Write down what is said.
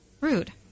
rude